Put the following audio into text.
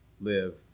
live